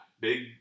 big